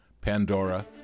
Pandora